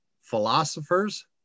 philosophers